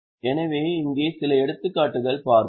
எனவே இங்கே சில எடுத்துக்காட்டுகள் பார்ப்போம்